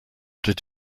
did